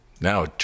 Now